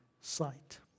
sight